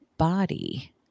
body